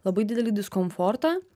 labai didelį diskomfortą